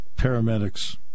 paramedics